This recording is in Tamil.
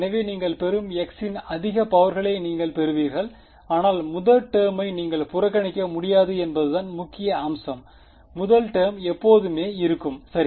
எனவே நீங்கள் பெறும் x இன் அதிக பவர்களை நீங்கள் பெறுவீர்கள் ஆனால் முதல் டெர்மை நீங்கள் புறக்கணிக்க முடியாது என்பதுதான் முக்கிய அம்சம் முதல் டேர்ம் எப்போதுமே இருக்கும் சரி